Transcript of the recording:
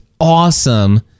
awesome